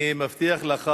אני מבטיח לך